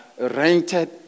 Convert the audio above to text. rented